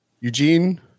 Eugene